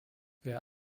wir